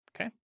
okay